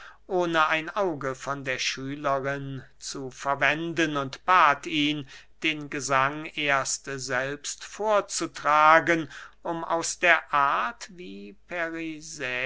ohne ein auge von der schülerin zu verwenden und bat ihn den gesang erst selbst vorzutragen um aus der art wie